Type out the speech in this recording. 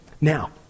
Now